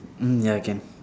mm ya can